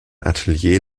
atelier